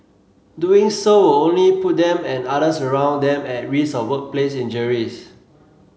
doing so will only put them and others around them at risk of workplace injuries